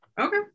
Okay